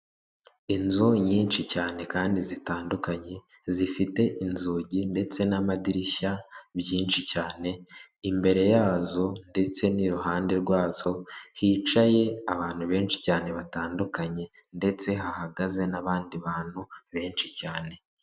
Inzu nyinshi cyane kandi zitandukanye zifite inzugi ndetse n'amadirishya byinshi cyane, imbere yazo ndetse n'iruhande rwazo hicaye abantu benshi cyane batandukanye ndetse hahagaze n'abandi bantu benshi cyane.